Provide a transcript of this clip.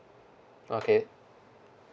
okay